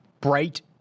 bright